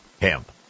Hemp